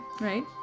right